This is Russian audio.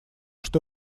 что